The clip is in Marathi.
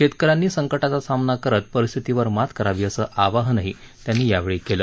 शेतकऱ्यांनी संकटाचा सामना करत परस्थितीवर मात करावी असं आवाहन त्यांनी यावेळी केलं